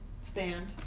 stand